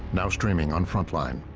now streaming on frontline.